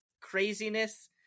craziness